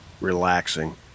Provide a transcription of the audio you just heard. relaxing